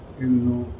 who